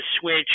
switch